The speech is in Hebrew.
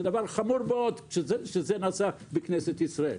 זה דבר חמור שזה נעשה בכנסת ישראל.